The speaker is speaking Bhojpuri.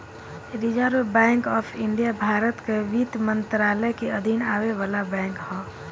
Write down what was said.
reserve bank of India Bharat कअ वित्त मंत्रालय के अधीन आवे वाला बैंक हअ